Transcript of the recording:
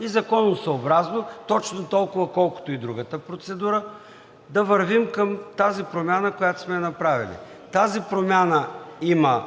и законосъобразно точно толкова, колкото процедура, да вървим към тази промяна, която сме направили. Тази промяна има